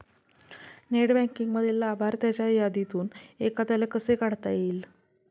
Net बँकिंगमधील लाभार्थ्यांच्या यादीतून एखाद्याला कसे काढता येईल?